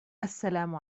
السلام